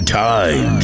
time